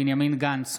בנימין גנץ,